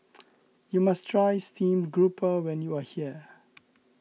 you must try Steamed Grouper when you are here